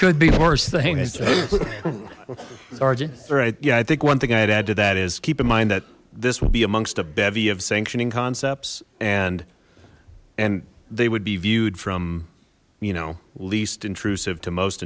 could be worse things all right yeah i think one thing i'd add to that is keep in mind that this will be amongst a bevy of sanctioning concepts and and they would be viewed from you know least intrusive to most